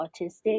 autistic